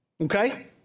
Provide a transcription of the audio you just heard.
okay